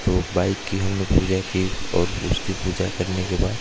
तो बाइक की हमने पूजा की और उसकी पूजा करने के बाद